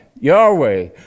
Yahweh